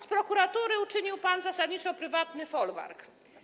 Z prokuratury uczynił pan zasadniczo prywatny folwark.